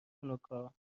هانوکا